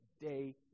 day